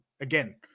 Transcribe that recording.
again